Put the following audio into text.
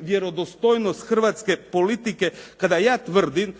vjerodostojnost hrvatske politike kada ja tvrdim